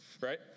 right